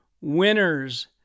winners